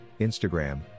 Instagram